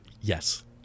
Yes